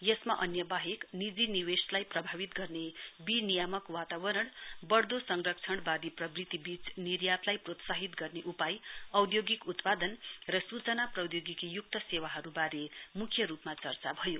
यसमा अन्य वाहेक निजी निवेशलाई प्रभावित गर्ने विवनियामक वातावरण बढ़दो संरक्षणवादी प्रवृत्तिबीच निर्यातलाई प्रोत्साहित गर्ने उपाय औद्योगिक उत्पादन सूचजना प्रौद्योगिकी युक्त सेवाहरूबारे मुख्य रूपमा चर्चा भयो